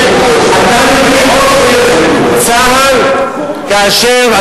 אתה מביא חוק של צה"ל כאשר,